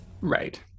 Right